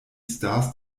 stars